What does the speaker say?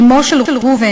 אמו של ראובן,